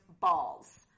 balls